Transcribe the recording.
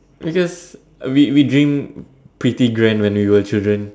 because we we dream pretty grand when we were children